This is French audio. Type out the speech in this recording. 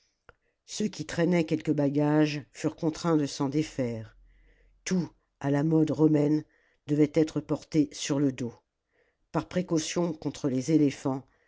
ceux qui traînaient quelque bagage furent contraints de s'en défaire tout à la mode romaine devait être porté sur le dos par précaution contre les éléphants